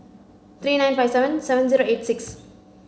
three nine five seven seven zero eight six